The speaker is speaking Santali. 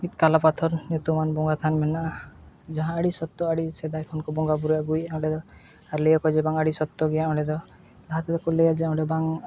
ᱢᱤᱫ ᱠᱟᱞᱟᱯᱟᱛᱷᱚᱨ ᱧᱩᱛᱩᱢᱟᱱ ᱵᱚᱸᱜᱟ ᱛᱷᱟᱱ ᱢᱮᱱᱟᱜᱼᱟ ᱡᱟᱦᱟᱸ ᱟᱹᱰᱤ ᱥᱚᱠᱛᱚ ᱟᱹᱰᱤ ᱥᱮᱫᱟᱭ ᱠᱷᱚᱱ ᱠᱚ ᱵᱚᱸᱜᱟ ᱵᱩᱨᱩ ᱟᱹᱜᱩᱭᱮᱫᱼᱟ ᱚᱸᱰᱮ ᱫᱚ ᱟᱨ ᱞᱟᱹᱭᱟᱠᱚ ᱡᱮ ᱵᱟᱝ ᱟᱹᱰᱤ ᱥᱚᱠᱛᱚ ᱜᱮᱭᱟ ᱚᱸᱰᱮ ᱫᱚ ᱞᱟᱦᱟ ᱛᱮᱫᱚ ᱠᱚ ᱞᱟᱹᱭᱟ ᱡᱮ ᱚᱸᱰᱮ ᱵᱟᱝ